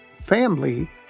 Family